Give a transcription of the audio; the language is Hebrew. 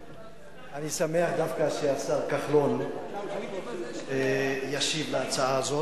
אני שמח שדווקא השר כחלון ישיב על הצעה זו.